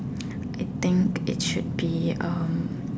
I think it should be um